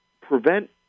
prevent